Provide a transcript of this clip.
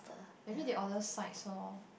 maybe they order sides loh